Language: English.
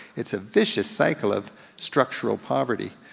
it's a viscous cycle of structural poverty.